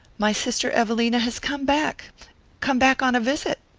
my sister evelina has come back come back on a visit.